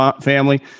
family